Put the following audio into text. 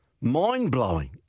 mind-blowing